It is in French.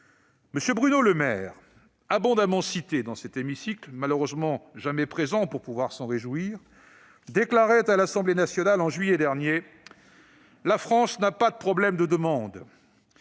M. Bruno Le Maire, abondamment cité dans cet hémicycle, malheureusement jamais présent pour pouvoir s'en réjouir, déclarait à l'Assemblée nationale en juillet dernier :« La France n'a pas de problème de demande,